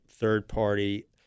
third-party